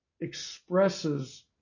expresses